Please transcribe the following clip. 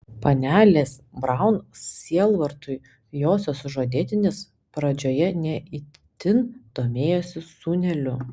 panelės braun sielvartui josios sužadėtinis pradžioje ne itin domėjosi sūneliu